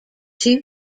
two